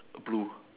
blue